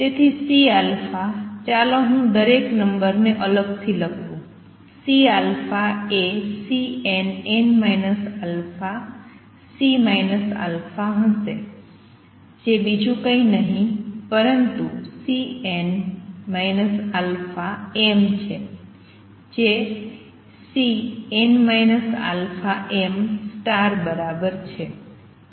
તેથી C ચાલો હું દરેક નંબરને અલગથી લખુ C એ Cnn α C α હશે જે બીજું કંઇ નહીં પરંતુ Cn αmછે જે Cn αm બરાબર છે